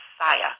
Messiah